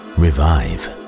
revive